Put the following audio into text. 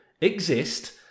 exist